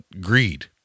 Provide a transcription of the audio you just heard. greed